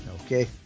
Okay